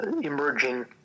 emerging